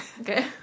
Okay